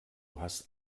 hast